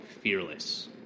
fearless